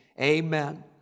amen